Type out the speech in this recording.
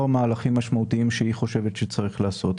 מהלכים משמעותיים שהיא חושבת שצריך לעשות.